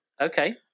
Okay